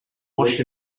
washed